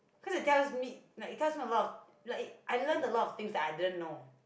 cause it tells me like it tells me a lot like I learn a lot of things that I didn't know